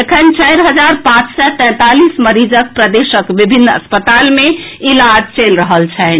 एखन चारि हजार पांच सय तैंतालीस मरीजक प्रदेशक विभिन्न अस्पताल मे इलाज चलि रहल छन्हि